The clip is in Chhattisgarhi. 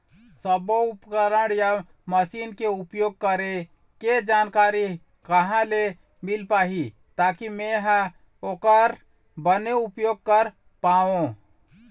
सब्बो उपकरण या मशीन के उपयोग करें के जानकारी कहा ले मील पाही ताकि मे हा ओकर बने उपयोग कर पाओ?